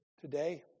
today